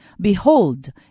Behold